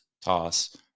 toss